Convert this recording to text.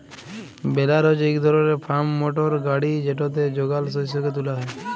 বেলার হছে ইক ধরলের ফার্ম মটর গাড়ি যেটতে যগাল শস্যকে তুলা হ্যয়